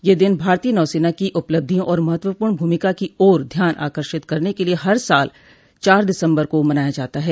यह दिन भारतीय नौसेना की उपलब्धियों और महत्वपूर्ण भूमिका की ओर ध्यान आकर्षित करने के लिए हर साल चार दिसंबर को मनाया जाता है